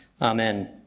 Amen